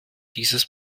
dieses